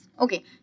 Okay